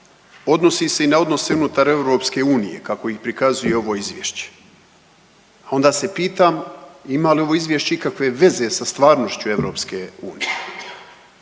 odnosi se i na odnose unutar EU kako ih prikazuje ovo izvješće. A onda se pitam ima li ovo izvješće ikakve veze sa stvarnošću EU? Čuli